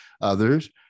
others